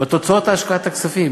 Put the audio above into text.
בתוצאות השקעת הכספים.